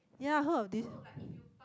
ya heard of this